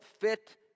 fit